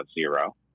zero